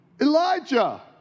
Elijah